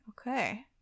Okay